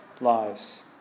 lives